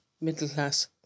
middle-class